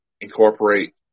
incorporate